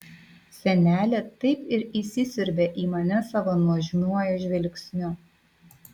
senelė taip ir įsisiurbė į mane savo nuožmiuoju žvilgsniu